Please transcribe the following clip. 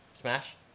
Smash